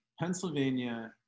pennsylvania